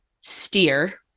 steer